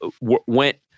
went